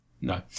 No